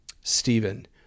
Stephen